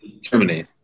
Germany